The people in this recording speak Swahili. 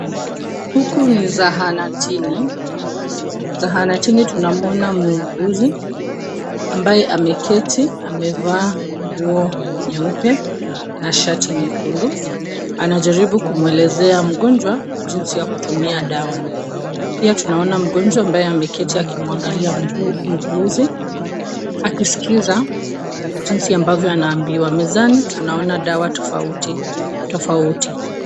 Huku ni zahanatini, zahanatini tunamuona muuguzi ambaye ameketi, amevaa nguo nyeupe na shati nyekundu. Anajaribu kumwelezea mgonjwa jinsi ya kutumia dawa. Pia tunamuona mgonjwa ambaye ameketi, akimwangalia mu muuguzi, akisikiza jinsi ambavyo anaambiwa. Mezani tunaona dawa tofauti tofauti.